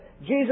Jesus